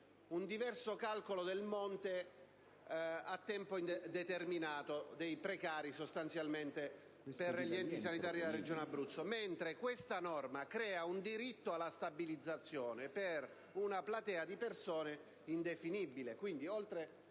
un diverso calcolo del monte a tempo determinato dei precari per gli enti sanitari della Regione Abruzzo, mentre questa norma crea un diritto alla stabilizzazione per una platea di persone indefinibile.